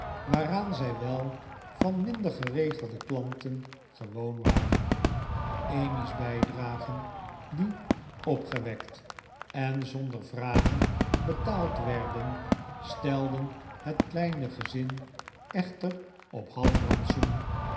waaraan zij wel van minder geregelde klanten gewoon waren emmy's bijdragen die opgewekt en zonder vragen betaald werden stelden het kleine gezin echter op